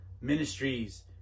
ministries